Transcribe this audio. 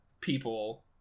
people